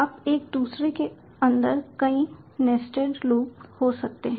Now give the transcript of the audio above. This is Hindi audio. आप एक दूसरे के अंदर कई नेस्टेड लूप हो सकते हैं